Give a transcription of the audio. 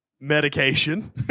medication